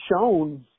shown